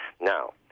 Now